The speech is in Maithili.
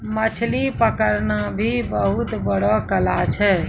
मछली पकड़ना भी बहुत बड़ो कला छै